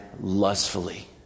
lustfully